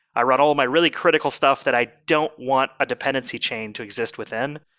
i run all my really critical stuff that i don't want a dependency chain to exist within.